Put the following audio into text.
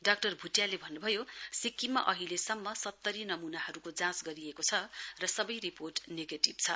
doctor भुटियाले भन्नुभयो सिक्किममा अहिलसम्म सत्तरी नमूनाहरुको जाँच गरिएको छ र सवै रिपोर्ट नेगेटिभ छ